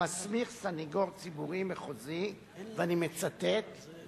המסמיך סניגור ציבורי מחוזי, "למתן